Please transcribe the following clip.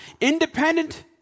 independent